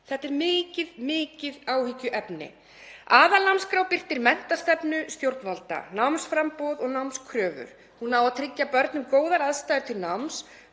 Þetta er mikið áhyggjuefni. Aðalnámskrá birtir menntastefnu stjórnvalda, námsframboð og námskröfur. Hún á að tryggja börnum góðar aðstæður til náms,